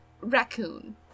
raccoon